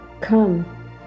come